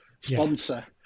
sponsor